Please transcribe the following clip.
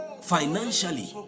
financially